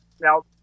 now